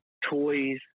toys